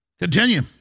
Continue